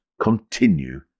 continue